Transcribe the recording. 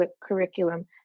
curriculum